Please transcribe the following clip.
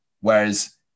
Whereas